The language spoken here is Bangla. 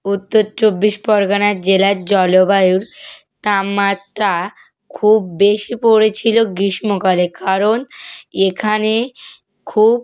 উত্তর চব্বিশ পরগনা জেলার জলবায়ুর তাপমাত্তা খুব বেশি পড়েছিলো গীষ্মকালে কারণ এখানে খুব